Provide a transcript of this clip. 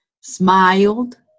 smiled